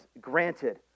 granted